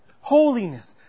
Holiness